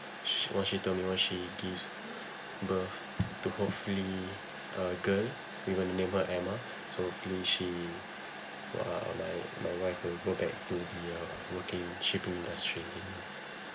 she once she told me once she give birth to hopefully all good we will never so hopefully she well uh my my wife will go back to the uh working shipping industry